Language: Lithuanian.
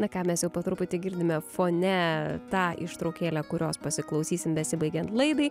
na ką mes jau po truputį girdime fone tą ištraukėlę kurios pasiklausysim besibaigiant laidai